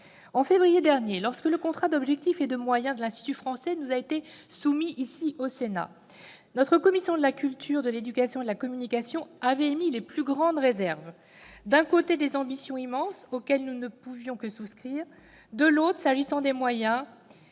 En février dernier, lorsque le contrat d'objectifs et de moyens de l'Institut français nous avait été soumis ici au Sénat, notre commission de la culture, de l'éducation et de la communication avait émis les plus grandes réserves : d'un côté, des ambitions immenses, auxquelles nous ne pouvions que souscrire ; de l'autre, s'agissant des moyens,